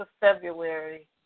february